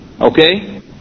Okay